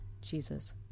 Jesus